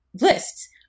lists